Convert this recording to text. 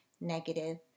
negative